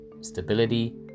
stability